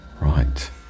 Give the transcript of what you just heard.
Right